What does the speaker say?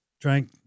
drank